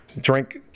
Drink